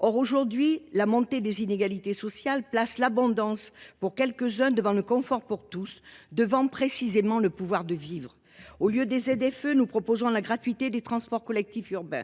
Or, aujourd’hui, la montée des inégalités sociales place l’abondance pour quelques uns devant le confort pour tous et devant, précisément, le pouvoir de vivre. Au lieu des ZFE, nous proposons la gratuité des transports collectifs urbains ;